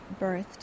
birthed